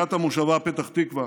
ילידת המושבה פתח תקווה,